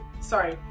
sorry